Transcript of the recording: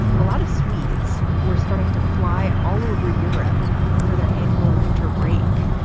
a lot of swedes were starting to fly all over europe for their annual winter break.